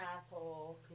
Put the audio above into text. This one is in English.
asshole